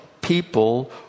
people